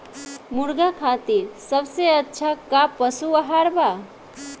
मुर्गा खातिर सबसे अच्छा का पशु आहार बा?